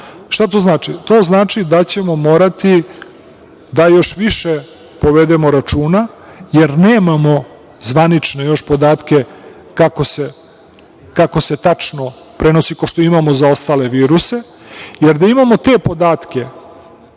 to znači? To znači da ćemo morati da još više povedemo računa, jer nemamo zvanično još podatke, kako se tačno prenosi, kao što imamo za ostale viruse, jer da imamo te podatke